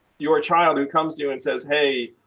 your child who comes to you and says, hey,